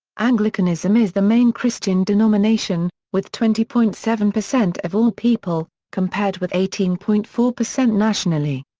anglicanism is the main christian denomination, with twenty point seven percent of all people, compared with eighteen point four percent nationally.